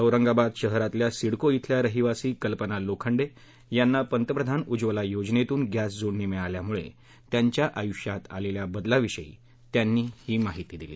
औरंगाबाद शहरातल्या सिडको इथल्या रहिवासी कल्पना लोखंडे यांना पंतप्रधान उज्वला योजनेतून गस्तजोडणी मिळाल्यामुळे त्यांच्या आयुष्यात आलेल्या बदला विषयी त्यांनी माहिती दिली